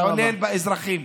להתעלל באזרחים.